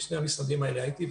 בשני המשרדים האלה הייתי,